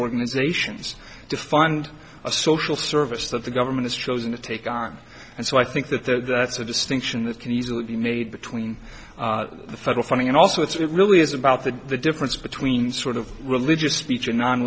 organizations to fund a social service that the government is chosen to take on and so i think that the that's a distinction that can easily be made between federal funding and also it's really is about the difference between sort of religious speech and non